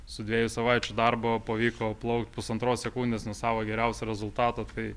su dviejų savaičių darbo pavyko plaukti pusantros sekundės nuo savo geriausio rezultato tai